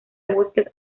bosques